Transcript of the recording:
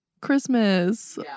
Christmas